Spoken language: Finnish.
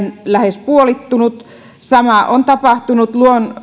lähes puolittunut sama on tapahtunut